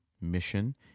mission